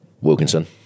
Wilkinson